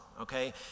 okay